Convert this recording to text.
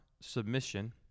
submission